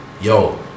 yo